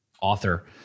author